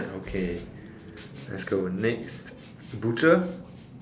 okay let's go next butcher